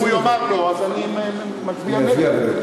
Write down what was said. אם הוא יאמר לא, אז אני מצביע נגד.